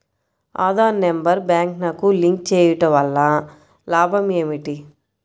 Aadhaar number బ్యాంక్నకు link చేయుటవల్ల లాభం ఏమిటి?